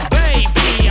baby